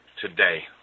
today